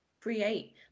create